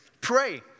Pray